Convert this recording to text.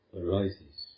arises